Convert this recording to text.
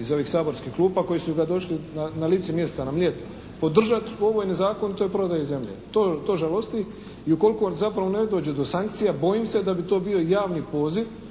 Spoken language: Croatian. iz ovih saborskih klupa koji su ga došli na lice mjesta, na Mljet podržati po ovoj nezakonitoj prodaji zemlje. To žalosti i ukoliko zapravo ne dođe do sankcija bojim se da bi to bio javni poziv